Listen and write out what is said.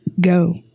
go